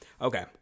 Okay